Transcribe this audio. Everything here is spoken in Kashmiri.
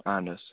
اَہَن حظ